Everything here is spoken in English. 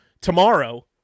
Tomorrow